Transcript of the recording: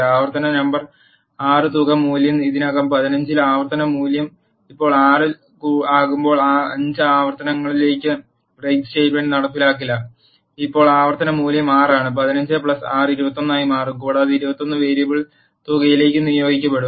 ആവർത്തന നമ്പർ 6 തുക മൂല്യം ഇതിനകം 15 ഉം ആവർത്തന മൂല്യം ഇപ്പോൾ 6 ഉം ആകുമ്പോൾ 5 ആവർത്തനങ്ങളിലേക്ക് ബ്രേക്ക് സ്റ്റേറ്റ്മെന്റ് നടപ്പിലാക്കില്ല ഇപ്പോൾ ആവർത്തന മൂല്യം 6 ആണ് 15 6 21 ആയി മാറും കൂടാതെ 21 വേരിയബിൾ തുകയിലേക്ക് നിയോഗിക്കപ്പെടും